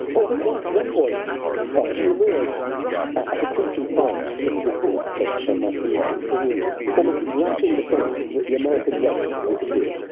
well i think one one point he emerged at a crucial time in the history of of masculinity. it was almost exactly the point that the american west disappeared.